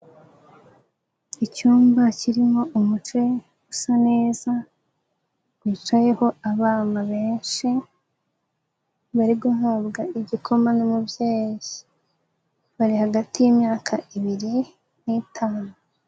Icyumba kirimo umuce usa neza wicayeho abana benshi, bari guhabwa igikoma n'umubyeyi bari hagati y'imyaka ibiri n'itanu.